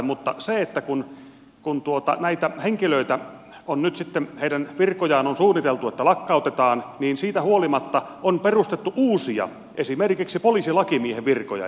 mutta kun on tuota näitä henkilöitä on nyt sitten on suunniteltu että näitä virkoja lakkautetaan niin siitä huolimatta on perustettu uusia esimerkiksi poliisilakimiehen virkoja